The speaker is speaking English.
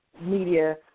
media